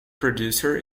producer